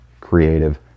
creative